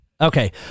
Okay